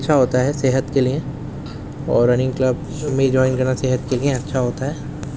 اچھا ہوتا ہے صحت کے لئے اور رننگ کلب بھی جوائن کرنا صحت کے لئے اچھا ہوتا ہے